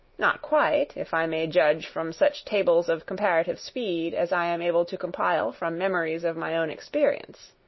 not quite, if i may judge from such tables of comparative speed as i am able to compile from memories of my own experience.